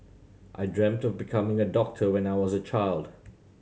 I dreamed of becoming a doctor when I was a child